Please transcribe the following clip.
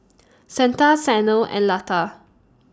Santha Sanal and Lata